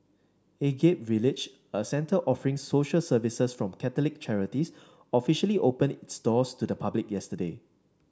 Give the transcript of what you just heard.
Agape Village a centre offering social services from Catholic charities officially opened doors to the public yesterday